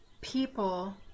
people